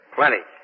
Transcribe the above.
Plenty